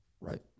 Right